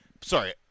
sorry